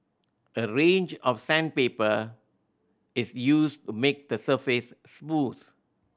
a range of sandpaper is used to make the surface smooth